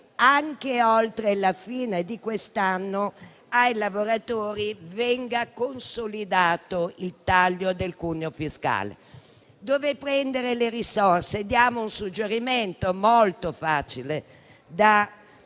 anche oltre la fine di quest'anno ai lavoratori venga consolidato il taglio del cuneo fiscale. Dove prendere le risorse? Diamo un suggerimento molto facile da